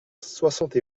soixante